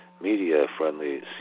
media-friendly